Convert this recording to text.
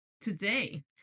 today